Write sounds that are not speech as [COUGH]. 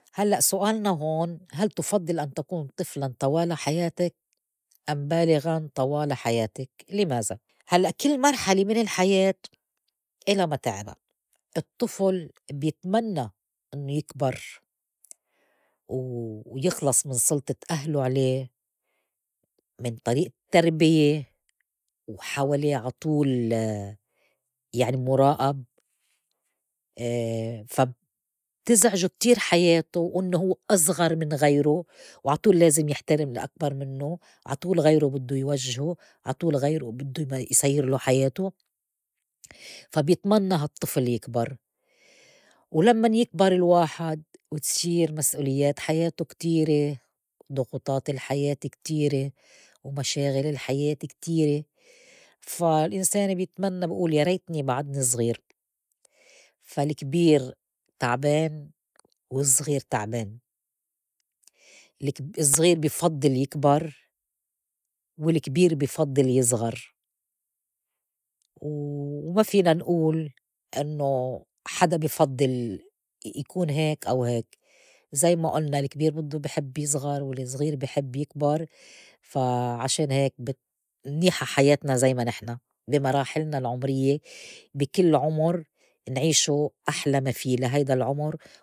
هلّأ سؤالنا هون هل تُفضّل أن تكون طفلاً طوال حياتك أم بالغاً طوال حياتك لماذا؟ هلّأ كل مرحلة من الحياة إلا متاعبا الطّفل بيتمنّى إنّو يكبر و يخلَص من سُلطة أهلو علي من طريق تربية وحوالي عطول [HESITATION] يعني مُرائب [HESITATION] فا بتزعجوا كتير حياته وإنّو هوّ أصغر من غيره، وعطول لازم يحترم الأكبر منّو، عطول غيرو بدّو يوجهو، عطول غيرو بدّو يسيرلو حياتو [NOISE] فا بيتمنّى هالطّفل يكبر ولمّاً يكبر الواحد وتصير مسؤوليّات حياته كتيره، ضغوطات الحياة كتيره، ومشاغل الحياة كتيره، فا الإنسان بيتمنّى بي ئول يا ريتني بعدني صغير. فالكبير تعبان، والصغير تعبان الكب- [UNINTELLIGIBLE] الصغير بي فضّل يكبر والكبير بي فضّل يصغر. وما فينا نئول إنّو حدا بي فضّل يكون هيك أو هيك زي ما ئُلنا الكبير بدّو بيحب يصغر، والصغير بحب يكبر، فا عشان هيك بت- [UNINTELLIGIBLE] منيحة حياتنا زي ما نحن بي مراحلنا العمريّة بي كل عُمر نعيشه أحلى ما في لهيدا العمر.